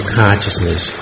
consciousness